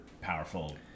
powerful